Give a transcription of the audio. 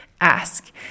ask